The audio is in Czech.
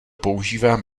používám